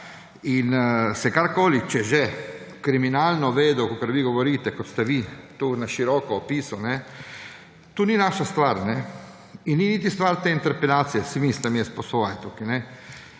in se karkoli, če že, kriminalno vedel, kakor vi govorite, kot ste vi to na široko opisali, to ni naša stvar in ni niti stvar te interpelacije, si mislim jaz po svoje tukaj.